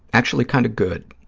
actually kind of good.